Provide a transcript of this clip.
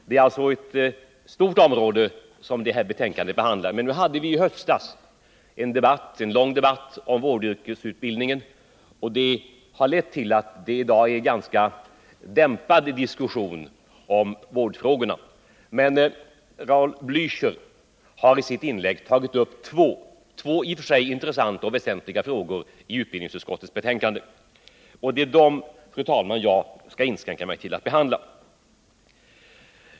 Betänkandet omfattar alltså ett mycket stort ämnesområde. Nu förde vi i höstas en lång debatt om vårdyrkesutbildningen, vilket gör att diskussionen kring vårdfrågorna i dag är ganska dämpad. Raul Blächer har emellertid i sitt inlägg tagit upp två i och för sig intressanta och väsentliga frågor i utbildningsutskottets betänkande, och det är dessa, fru talman, som jag skall inskränka mig till att kommentera.